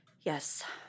Yes